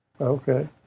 Okay